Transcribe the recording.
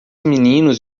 meninos